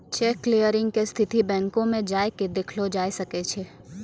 cheque clearing के स्थिति बैंको मे जाय के देखलो जाय सकै छै